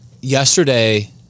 yesterday